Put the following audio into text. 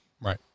Right